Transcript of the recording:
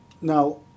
Now